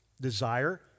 Desire